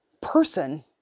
person